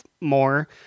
more